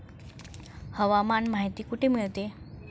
हवामान माहिती कुठे मिळते?